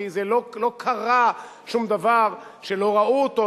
כי לא קרה שום דבר שלא ראו אותו,